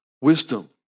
wisdom